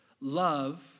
love